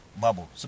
bubble